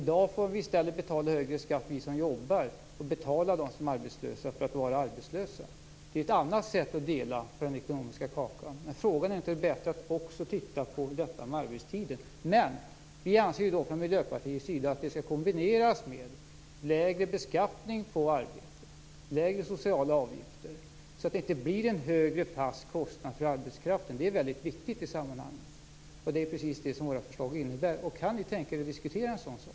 I dag får i stället vi som jobbar betala högre skatt och betala dem som är arbetslösa för att de är arbetslösa. Det är ett annat sätt att dela på den ekonomiska kakan. Är det då inte bättre att också titta på frågan om arbetstider? Vi i Miljöpartiet anser att detta skall kombineras med lägre beskattning på arbete, lägre sociala avgifter, så att det inte blir en högre fast kostnad för arbetskraften. Det är väldigt viktigt i sammanhanget, och det är precis det våra förslag innebär. Kan ni tänka er att diskutera en sådan sak?